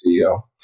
CEO